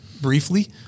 briefly